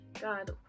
God